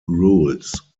rules